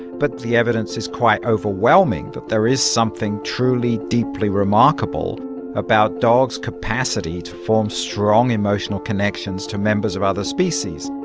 but the evidence is quite overwhelming that there is something truly, deeply remarkable about dogs' capacity to form strong emotional connections to members of other species